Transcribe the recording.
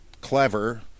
clever